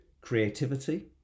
Creativity